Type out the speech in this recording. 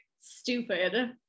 stupid